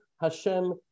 Hashem